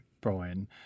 Brian